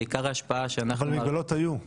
ועיקר ההשפעה שאנחנו --- אבל מגבלות היו.